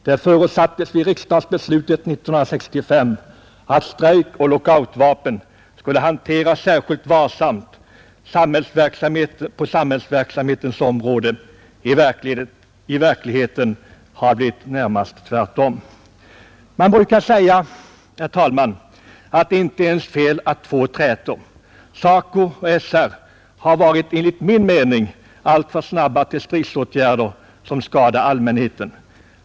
Det förutsattes vid riksdagsbeslutet 1965 att strejkoch lockoutvapnen skulle hanteras särskilt varsamt på samhällsverksamhetens områden. I verkligheten har det närmast blivit tvärtom. Man brukar säga, herr talman, att det inte är ens fel att två träter. SACO och SR har varit alltför snabba till stridsåtgärder som skadar allmänheten.